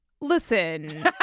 Listen